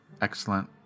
excellent